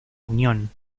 unión